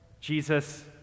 Jesus